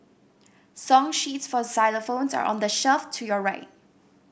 song sheets for xylophones are on the shelf to your right